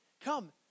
Come